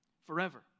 forever